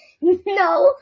No